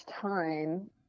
time